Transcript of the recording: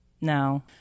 No